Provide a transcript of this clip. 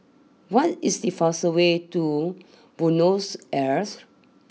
what is the fastest way to Buenos Aires